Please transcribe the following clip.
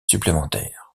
supplémentaires